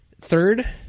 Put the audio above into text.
Third